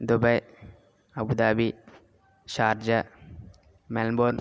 Dubai Abu Dhabi Sharjah Melbourne